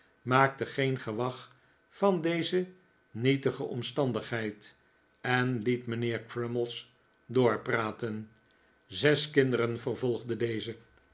maakte geen gewag van deze nietige omstandigheid en liet mijnheer crummies doorpraten zes kinderen vervolgde deze